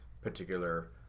particular